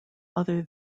other